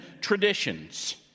traditions